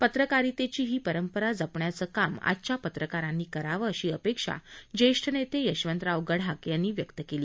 पत्रकारितेची ही परंपरा जपण्याचे काम आजच्या पत्रकारांनी करावं अशी अपेक्षा ज्येष्ठ नेते यशवंतराव गडाख यांनी व्यक्त केली